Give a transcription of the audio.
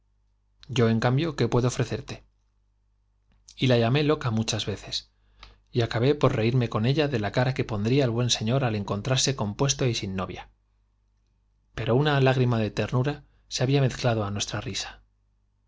yo en cambio qué puedo y acabé por reirme y la llamé loca muchas veces y acabé por reírme con ella de la cara pondr íael buen señor alencon que sin novia pero de trarsc compuesto y una lágrima ternura se había mezclado á nuestra risa